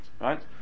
right